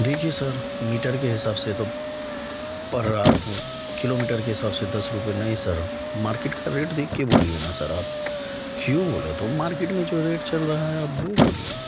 دیکھیے sir metre کے حساب سے تو پر آپ ہوں کلو میٹر کے حساب سے دس روپئے نہیں سر مارکیٹ کا ریٹ دیکھ کے بولیے نا سر آپ کیوں بولے تو مارکیٹ میں جو ریٹ چل رہا ہے آپ وہ بولیے